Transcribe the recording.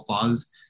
fuzz